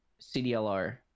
CDLR